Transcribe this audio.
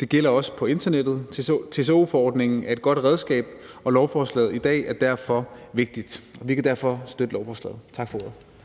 Det gælder også på internettet. TCO-forordningen er et godt redskab, og lovforslaget i dag er derfor vigtigt. Vi kan derfor støtte lovforslaget. Tak for ordet.